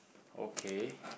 okay